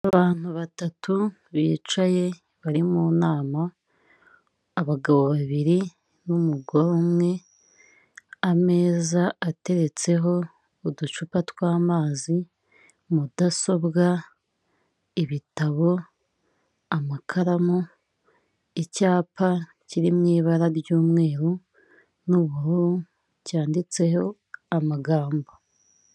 Abantu batatu bicaye bari mu nama, abagabo babiri n'umugore umwe, ameza ateretseho uducupa tw'amazi, mudasobwa, ibitabo, amakaramu, icyapa kiri mu ibara ry'umweru n'ubururu cyanditseho amagambo.